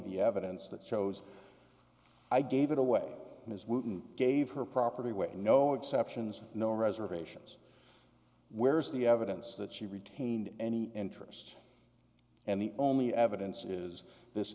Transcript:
the evidence that shows i gave it away ms wootan gave her property wait no exceptions no reservations where's the evidence that she retained any interest and the only evidence is this